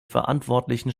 verantwortlichen